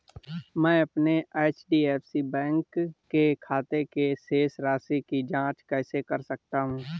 मैं अपने HDFC bank के खाते की शेष राशि की जाँच कैसे कर सकता हूँ?